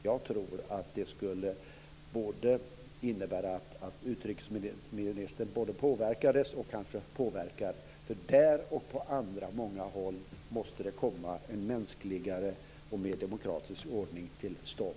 Jag tror att det skulle innebära att utrikesministern både påverkades och kanske också påverkade. Där och på många andra håll måste det komma en mänskligare och mer demokratisk ordning till stånd.